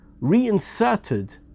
reinserted